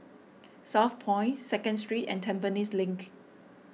Southpoint Second Street and Tampines Link